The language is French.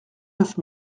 neuf